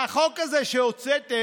והחוק הזה שהוצאתם,